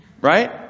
Right